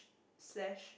slash